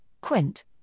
QUINT